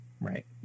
Right